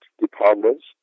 departments